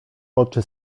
oczy